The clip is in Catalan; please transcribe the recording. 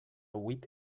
huit